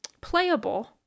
playable